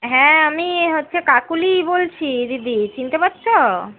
হ্যাঁ আমি হচ্ছে কাকলি বলছি দিদি চিনতে পারছো